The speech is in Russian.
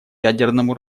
ядерному